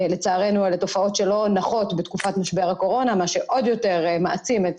לצערנו אלה תופעות שלא נחות בתקופת משבר הקורונה עוד יותר מעצימות